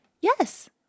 yes